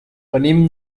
venim